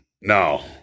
No